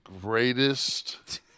greatest